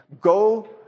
go